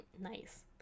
nice